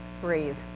Breathe